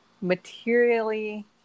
Materially